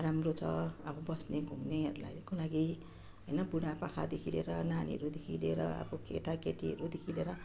राम्रो छ अब बस्ने घुम्नेहरूलाईको लागि होइन बुढापाकादेखि लिएर नानीहरूदेखि लिएर अब केटाकेटीहरूदेखि लिएर